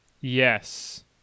Yes